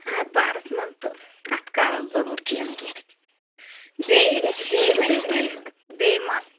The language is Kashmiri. اَتھ بارَس منٛز تہٕ اَتھ کَرو ضروٗر کیٚنٛہہ نَتہٕ کیٚنٛہہ بیٚیہِ بیٚیہِ ؤنِو تُہۍ بیٚیہِ ما